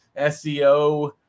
SEO